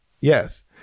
Yes